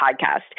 podcast